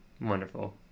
wonderful